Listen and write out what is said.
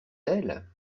ailes